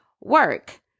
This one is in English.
work